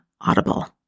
Audible